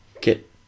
get